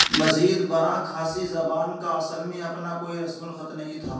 مزید برآں کھانسی زبان کا اصل میں اپنا کوئی رسم الخط نہیں تھا